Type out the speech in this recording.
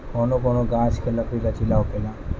कौनो कौनो गाच्छ के लकड़ी लचीला होखेला